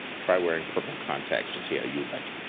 try wearing purple contacts and see how you'd like